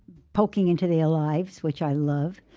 poking into their lives, which i love,